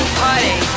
party